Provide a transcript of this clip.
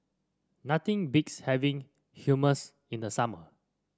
nothing beats having Hummus in the summer